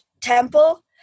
temple